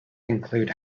include